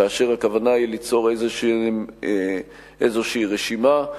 כאשר הכוונה היא ליצור איזושהי רשימה,